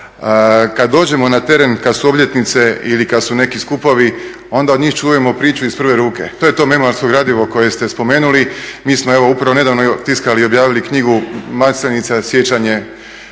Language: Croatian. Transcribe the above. Kad dođemo na teren, kad su obljetnice ili kad su neki skupovi, onda od njih čujemo priču iz prve ruke. To je to memorijsko gradivo koje ste spomenuli, mi smo evo upravo nedavno tiskali i objavili knjigu "Maslenica – sjećanje